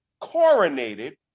coronated